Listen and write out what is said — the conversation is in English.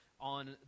on